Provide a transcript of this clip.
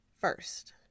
first